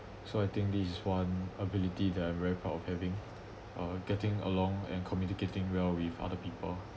so I think this is one ability that I'm very proud of having uh getting along and communicating well with other people